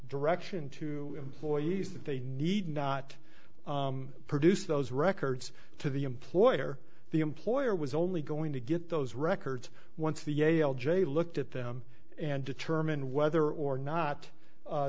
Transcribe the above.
direction to employees that they need not produce those records to the employer the employer was only going to get those records once the yale jay looked at them and determine whether or not